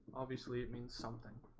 obviously it means something